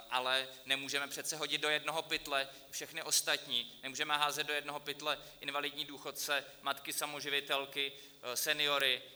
Ale nemůžeme přece hodit do jednoho pytle všechny ostatní, nemůžeme házet do jednoho pytle invalidní důchodce, matky samoživitelky, seniory.